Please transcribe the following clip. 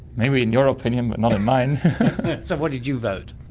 maybe in your opinion but not in mine. so what did you vote?